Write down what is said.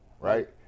right